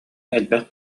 элбэх